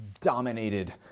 dominated